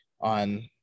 on